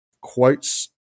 quotes